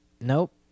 Nope